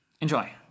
Enjoy